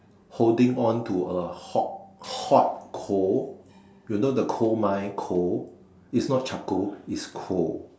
holding on to a hot hot coal you know the coal mine coal is not charcoal is coal